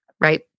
right